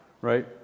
right